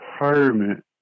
retirement